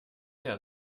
der